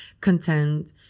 content